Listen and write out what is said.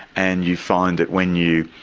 and you find that when you